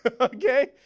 okay